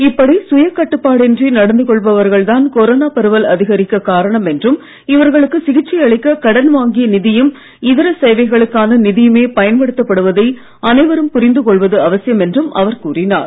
இப்படி சுய கட்டுப்பாடு இன்றி நடந்து கொள்பவர்கள் தான் கொரோனா பரவல் அதிகரிக்க காரணம் என்றும் இவர்களுக்கு சிகிச்சை அளிக்க கடன் சேவைகளுக்கான வாங்கிய நிதியும் நிதியுமே இதர பயன்படுத்தப்படுவதை அனைவரும் புரிந்து கொள்வது அவசியம் என்றும் அவர் கூறினார்